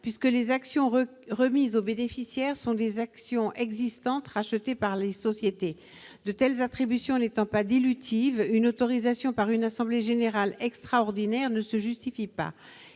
puisque les actions remises aux bénéficiaires sont des actions existantes rachetées par la société. De telles attributions n'étant pas dilutives, une autorisation par une assemblée générale extraordinaire ne se justifie pas.